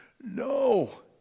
no